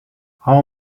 how